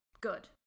good